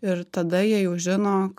ir tada jie jau žino